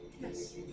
Yes